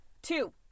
Two